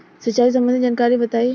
सिंचाई संबंधित जानकारी बताई?